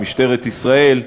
משטרת ישראל,